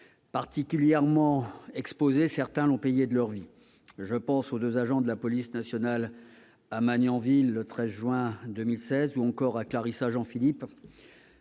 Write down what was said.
Particulièrement exposés, certains policiers l'ont payé de leur vie ; je pense aux deux agents de la police nationale à Magnanville, le 13 juin 2016, ou encore à Clarissa Jean-Philippe,